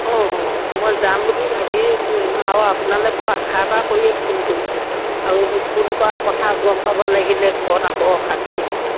অঁ অঁ মই যাম বুলি ভাবি আছোঁ আৰু আপোনালে বৰ আশা এটা কৰিয়ে ফোন কৰিছোঁ আৰু এইবোৰ ফোন কৰা কথা গম পাব লাগিলে ঘৰত আকৌ অশান্তি হ'ব